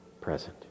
present